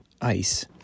ice